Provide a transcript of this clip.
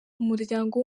umuryango